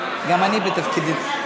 גם אני בתפקידי.